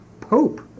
Pope